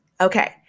okay